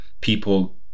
people